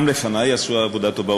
גם לפני עשו עבודה טובה,